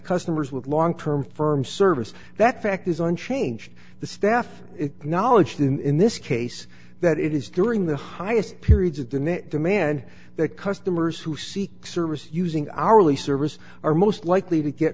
customers with long term firm service that fact is unchanged the staff acknowledged in this case that it is during the highest periods of the net demand that customers who seek service using hourly service are most likely to get